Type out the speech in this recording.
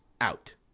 out